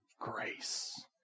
grace